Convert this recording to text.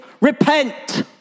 repent